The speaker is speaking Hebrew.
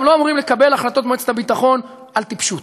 גם לא אמורים לקבל החלטות במועצת הביטחון על טיפשות.